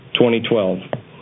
2012